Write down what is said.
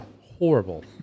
Horrible